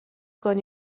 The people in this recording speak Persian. کنی